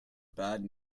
bad